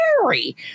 scary